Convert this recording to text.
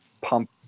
pump